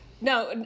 No